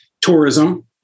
Tourism